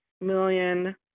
million